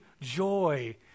joy